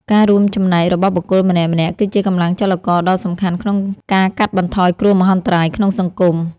ការរួមចំណែករបស់បុគ្គលម្នាក់ៗ គឺជាកម្លាំងចលករដ៏សំខាន់ក្នុងការកាត់បន្ថយគ្រោះមហន្តរាយក្នុងសង្គម។